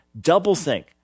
doublethink